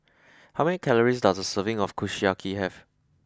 how many calories does a serving of Kushiyaki have